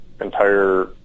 entire